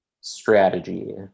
strategy